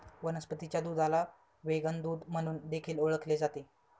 वनस्पतीच्या दुधाला व्हेगन दूध म्हणून देखील ओळखले जाते